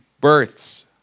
births